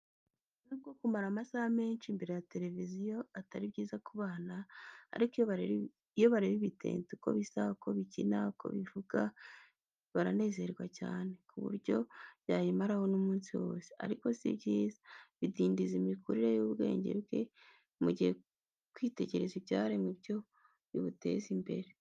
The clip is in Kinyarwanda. N'ubwo kumara amasaha menshi imbere ya televiziyo atari byiza ku bana, ariko iyo bareba ibitente uko bisa, uko bikina, uko bivuga, baranezerwa cyane, ku buryo yayimaraho n'umunsi wose, ariko si byiza, bidindiza imikurire y'ubwenge bwe mu gihe kwitegereza ibyaremwe byo bibuteza imbere.